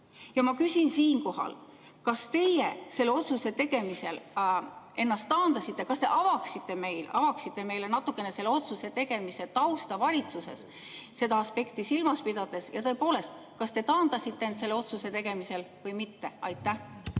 Ma küsin siinkohal: kas teie selle otsuse tegemisel ennast taandasite? Kas te avaksite meile natukene selle otsuse tegemise tausta valitsuses seda aspekti silmas pidades ja tõepoolest, kas te taandasite end selle otsuse tegemisel või mitte? Aitäh!